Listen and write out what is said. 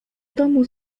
domu